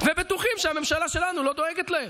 והם בטוחים שהממשלה שלנו לא דואגת להם,